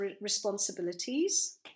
responsibilities